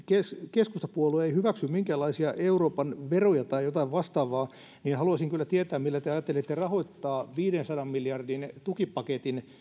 keskustapuolue ei hyväksy minkäänlaisia euroopan veroja tai jotain vastaavaa niin haluaisin kyllä tietää millä te ajattelitte rahoittaa viidensadan miljardin tukipaketin